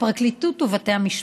הפרקליטות ובתי המשפט.